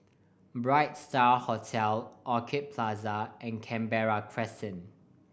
Bright Star Hotel Orchid Plaza and Canberra Crescent